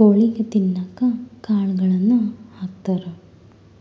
ಕೊಳಿಗ್ ತಿನ್ನಕ್ಕ್ ಕಾಳುಗಳನ್ನ ಹಾಕ್ತಾರ